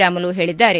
ರಾಮುಲು ಹೇಳಿದ್ದಾರೆ